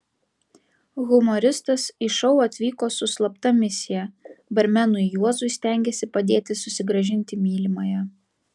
humoristas į šou atvyko su slapta misija barmenui juozui stengėsi padėti susigrąžinti mylimąją